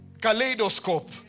kaleidoscope